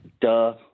Duh